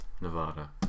Nevada